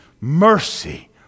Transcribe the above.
mercy